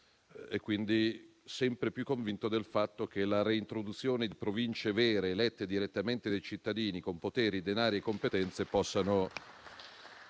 e sono sempre più convinto del fatto che la reintroduzione di Province vere, elette direttamente dai cittadini, con poteri, denari e competenze, possa